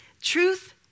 truth